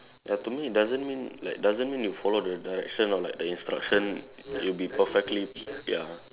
ya to me it doesn't mean like doesn't mean you follow the direction or like the instruction it'll be perfectly ya